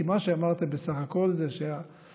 כי מה שאמרתם בסך הכול זה שהאתגר